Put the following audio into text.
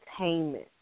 entertainment